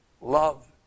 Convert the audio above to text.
love